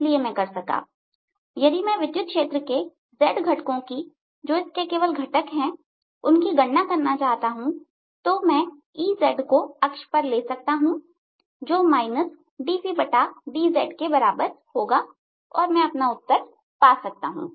इसलिए मैं कर सका यदि मैं विद्युत क्षेत्र के z घटकों की जो इसके केवल घटक हैं उनकी गणना करना चाहता हूं तो मैं Ezको अक्ष पर ले सकता हूं जो dVdz के बराबर होगा और मैं अपना उत्तर पा सकता हूं